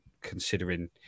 considering